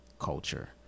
culture